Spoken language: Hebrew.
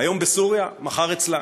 היום בסוריה, מחר אצלן.